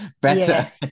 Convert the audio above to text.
better